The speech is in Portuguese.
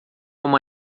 uma